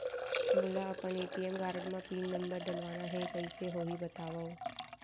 मोला अपन ATM card म पिन नंबर डलवाना हे कइसे होही बतावव?